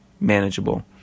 manageable